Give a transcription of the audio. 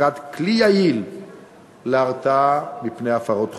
השגת כלי יעיל להרתעה מפני הפרות חוק.